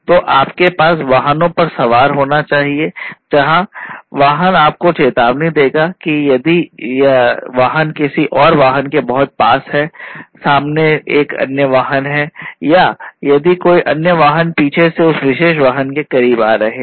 तो आपके पास वाहनों पर सवार होना चाहिए जहां वाहन आपको चेतावनी देगा यदि वाहन किसी और वाहन के बहुत पास है सामने एक अन्य वाहन है या यदि कोई अन्य वाहन पीछे से उस विशेष वाहन के करीब आ रहे है